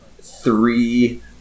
three